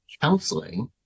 counseling